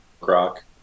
rock